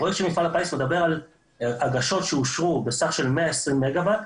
הפרויקט של מפעל הפיס מדבר על הגשות שאושרו בסך 120 מגה-ואט,